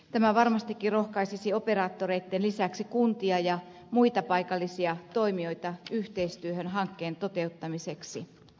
tämä varmastikin rohkaisisi operaattoreitten lisäksi kuntia ja muita paikallisia toimijoita yhteistyöhön hankkeen toteuttamiseksi